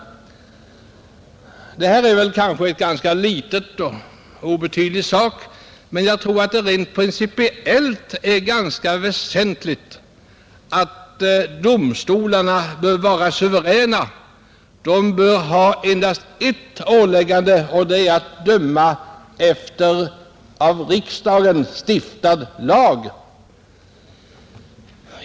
Det här är kanske en ganska liten och obetydlig sak, men jag tror att det principiellt är väsentligt att domstolarna är suveräna. De bör ha endast ett åläggande, nämligen att döma efter av riksdagen stiftade lagar.